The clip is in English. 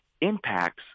impacts